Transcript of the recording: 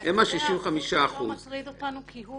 הם 65%. זה האחוז שלא מטריד אותנו כי הוא